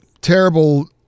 terrible